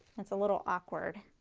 it's a little awkward